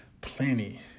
plenty